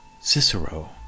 Cicero